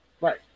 right